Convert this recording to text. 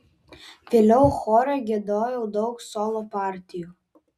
vėliau chore giedojau daug solo partijų